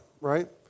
right